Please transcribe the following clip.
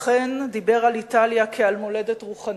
אכן דיבר על איטליה כעל מולדת רוחנית,